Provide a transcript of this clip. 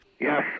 Yes